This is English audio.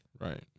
Right